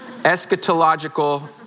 eschatological